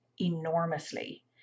enormously